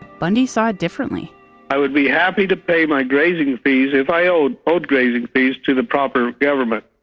bundy saw differently i would be happy to pay my grazing fees if i owed owed grazing fees to the proper government.